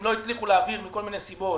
אם לא הצליחו להעביר מכל מיני סיבות.